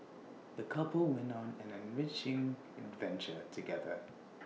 the couple went on an enriching adventure together